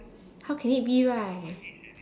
how can it be right